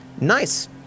nice